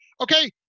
Okay